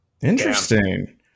Interesting